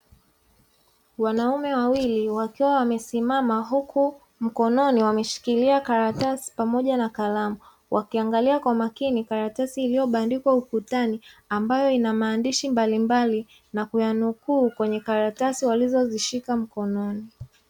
Wanaume wawili wakiwa wamesimama, huku mkononi wameshikilia karatasi pamoja na kalamu, wakiangalia kwa makini karatasi iliyobandikwa ukutani, ambayo ina maandishi mbalimbali na kuyanukuu kwenye karatasi walizozishika mkononi.